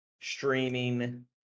streaming